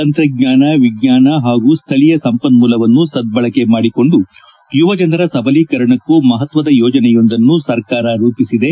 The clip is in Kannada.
ತಂತ್ರಜ್ವಾನ ವಿಜ್ವಾನ ಹಾಗೂ ಸ್ವಳೀಯ ಸಂಪನ್ನೂಲವನ್ನು ಸದ್ದಳಕೆ ಮಾಡಿಕೊಂಡು ಯುವಜನರ ಸಬಲೀಕರಣಕ್ಕೂ ಮಹತ್ವದ ಯೋಜನೆಯೊಂದನ್ನು ಸರ್ಕಾರ ರೂಪಿಸಿದೆ